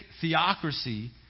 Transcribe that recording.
theocracy